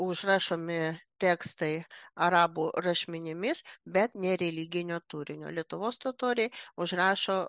užrašomi tekstai arabų rašmenimis bet ne religinio turinio lietuvos totoriai užrašo